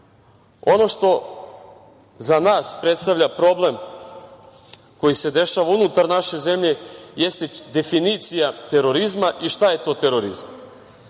što za nas predstavlja problem koji se dešava unutar naše zemlje jeste definicija terorizma i šta je to terorizam.